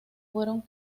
fueron